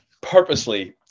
purposely